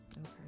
okay